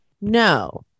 No